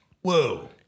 Whoa